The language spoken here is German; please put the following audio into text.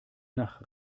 nach